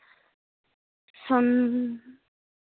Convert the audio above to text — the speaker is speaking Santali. ᱥᱚᱱ